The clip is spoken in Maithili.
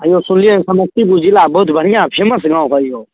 अँइ यौ सुनलिए समस्तीपुर जिला बहुत बढ़िआँ फेमस गामसब हइ यौ